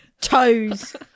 toes